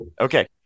Okay